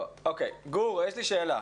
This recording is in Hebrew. גור, יש לי שאלה.